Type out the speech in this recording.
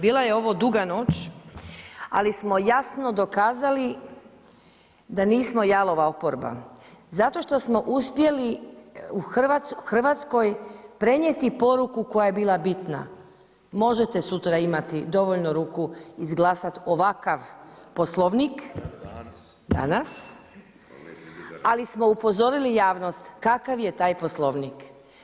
Bila je ovo duga noć ali smo jasno dokazali da nismo jalova oporba zato što smo uspjeli u Hrvatskoj prenijeti poruku koja je bila bitna, možete sutra imati dovoljno ruku, izglasati ovakav Poslovnik, danas, ali smo upozorili javnost kakav je taj Poslovnik.